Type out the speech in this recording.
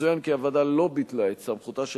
יצוין כי הוועדה לא ביטלה את סמכותה של